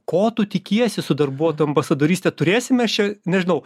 ko tu tikiesi su darbuotojų ambasadoryste turėsime šią nežinau